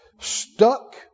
Stuck